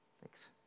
Thanks